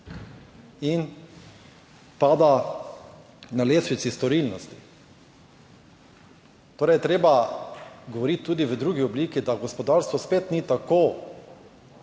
in pada na lestvici storilnosti. Torej, je treba govoriti tudi v drugi obliki, da gospodarstvo spet ni tako